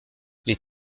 les